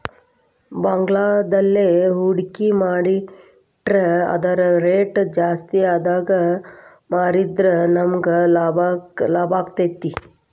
ಭಂಗಾರದ್ಮ್ಯಾಲೆ ಹೂಡ್ಕಿ ಮಾಡಿಟ್ರ ಅದರ್ ರೆಟ್ ಜಾಸ್ತಿಆದಾಗ್ ಮಾರಿದ್ರ ನಮಗ್ ಲಾಭಾಕ್ತೇತಿ